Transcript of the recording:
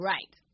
Right